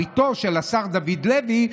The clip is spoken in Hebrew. בתו של השר דוד לוי,